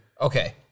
Okay